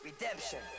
Redemption